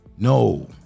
No